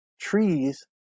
trees